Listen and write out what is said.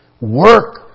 Work